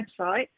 website